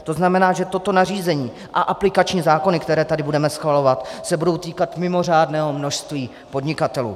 To znamená, že toto nařízení a aplikační zákony, které tady budeme schvalovat, se budou týkat mimořádného množství podnikatelů.